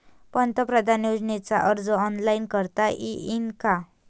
पंतप्रधान योजनेचा अर्ज ऑनलाईन करता येईन का?